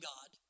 God